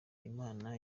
imana